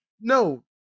No